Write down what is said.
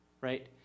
right